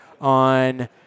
on